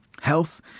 health